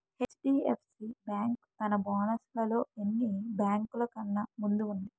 HDFC bank తన bonus లలో అన్ని బేంకులు కన్నా ముందు వుంది